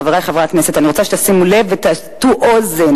חברי חברי הכנסת, אני רוצה שתשימו לב ותטו אוזן.